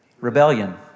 rebellion